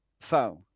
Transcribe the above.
phone